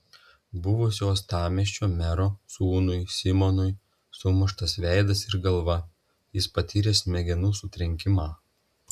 buvusio uostamiesčio mero sūnui simonui sumuštas veidas ir galva jis patyrė smegenų sutrenkimą